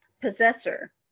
Possessor